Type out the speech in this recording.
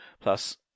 plus